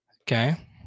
Okay